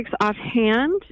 offhand